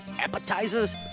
appetizers